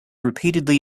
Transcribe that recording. reputedly